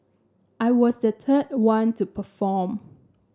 I was the third one to perform